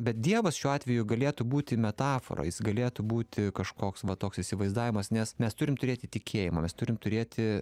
bet dievas šiuo atveju galėtų būti metafora jis galėtų būti kažkoks va toks įsivaizdavimas nes mes turim turėti tikėjimą mes turim turėti